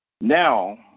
Now